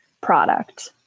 product